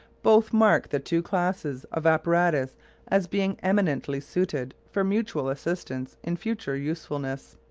both mark the two classes of apparatus as being eminently suited for mutual assistance in future usefulness.